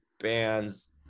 bands